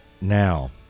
now